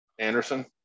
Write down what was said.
Anderson